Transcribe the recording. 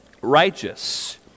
righteous